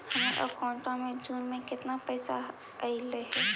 हमर अकाउँटवा मे जून में केतना पैसा अईले हे?